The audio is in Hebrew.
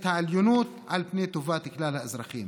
את העליונות על פני טובת כלל האזרחים.